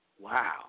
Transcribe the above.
Wow